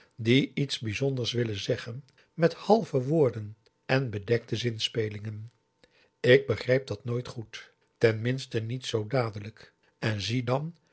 die iets bijzonders willen zeggen met halve woorden en bedekte zinspelingen ik begrijp dat nooit goed ten minste niet zoo dadelijk en zie dan